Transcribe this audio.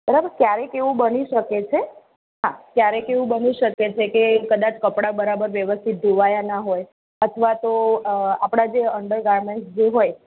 બરાબર ક્યારેક એવું બની શકે છે હા ક્યારેક એવું બની શકે છે કે કદાચ કપડાં બરાબર વ્યવસ્થિત ધોવાયા ન હોય અથવા તો આપણાં જે અન્ડર ગારમેન્ટ્સ જે હોય